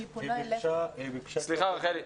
סליחה רחלי.